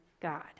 God